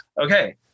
okay